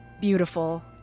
beautiful